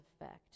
effect